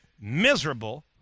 miserable